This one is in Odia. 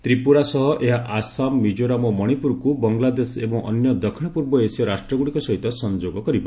ତ୍ରିପୁରା ସହ ଏହା ଆସାମ ମିକୋରାମ ଓ ମଣିପୁରକୁ ବାଙ୍ଗଲାଦେଶ ଏବଂ ଅନ୍ୟ ଦକ୍ଷିଣ ପର୍ବ ଏସୀୟ ରାଷ୍ଟ୍ରଗୁଡ଼ିକ ସହିତ ସଂଯୋଗ କରିବ